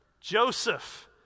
Joseph